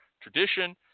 tradition